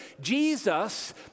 Jesus